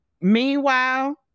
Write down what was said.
Meanwhile